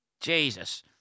Jesus